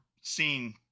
seen